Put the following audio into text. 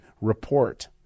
report